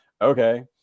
okay